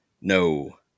No